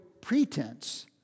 pretense